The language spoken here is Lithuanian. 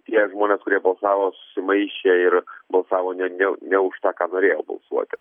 tie žmonės kurie balsavo susimaišė ir balsavo ne ne ne už tą ką norėjo balsuoti